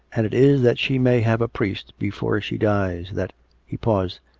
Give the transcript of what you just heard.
and it is that she may have a priest before she dies, that he paused.